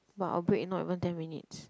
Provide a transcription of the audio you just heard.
but our break not even ten minutes